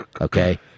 Okay